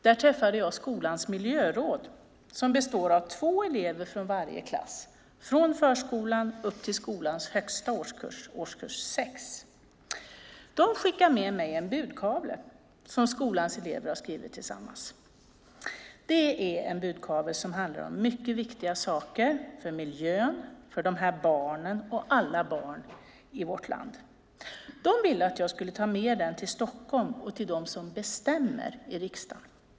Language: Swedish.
Där träffade jag skolans miljöråd, som består av två elever från varje klass från förskolan och upp till skolans högsta årskurs, årskurs 6. De skickade med mig en budkavle som skolans elever har skrivit tillsammans. Det är en budkavle som handlar om viktiga saker för miljön, för de här barnen och för alla barn i vårt land. Eleverna ville att jag skulle ta med mig budkavlen till Stockholm till dem som bestämmer i riksdagen.